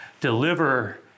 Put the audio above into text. deliver